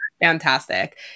Fantastic